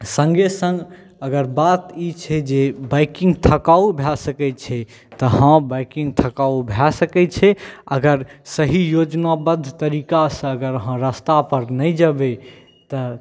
सङ्गहि सङ्ग अगर बात ई छै जे बाइकिंग थकाउ भए सकैत छै तऽ हँ बाइकिंग थकाउ भए सकैत छै अगर सही योजनाबद्ध तरीकासँ अगर अहाँ रास्तापर नहि जेबै तऽ